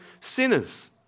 sinners